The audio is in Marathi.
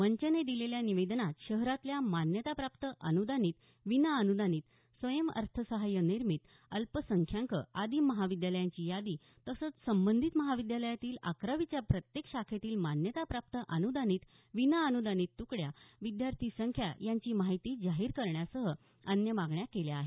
मंचने दिलेल्या निवेदनात शहरातल्या मान्यताप्राप्त अनुदानित विना अनुदानित स्वयंअर्थसहाय्य निर्मित अल्पसंख्याक आदी महाविद्यालयांची यादी तसंच संबंधित महाविद्यालयातील अकरावीच्या प्रत्येक शाखेतील मान्यता प्राप्त अनुदानित विनाअनुदानित तुकड्या विद्यार्थी संख्या यांची माहिती जाहीर करण्यासह अन्य मागण्या केल्या आहेत